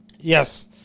Yes